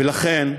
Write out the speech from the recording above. ולכן,